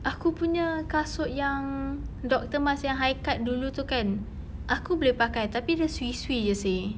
aku punya kasut yang doctor mart yang high cut dulu itu kan tapi dia swee swee jer seh